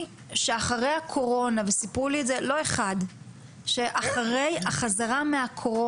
לא אחד מהם סיפר לי שהמעמסה הרגשית או הסגר עצמו אחרי החזרה מהקורונה,